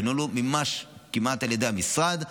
ינוהלו ממש כמעט על ידי המשרד,